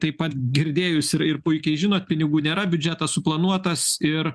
taip pat girdėjusi ir ir puikiai žinot pinigų nėra biudžetas suplanuotas ir